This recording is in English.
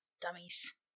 Dummies